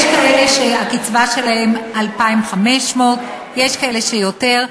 יש כאלה שהקצבה שלהם 2,500, יש כאלה שיותר.